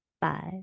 Five